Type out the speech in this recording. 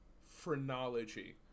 phrenology